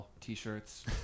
t-shirts